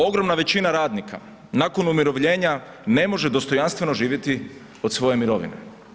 Ogromna većina radnika nakon umirovljena ne može dostojanstveno živjeti od svoje mirovine.